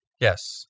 Yes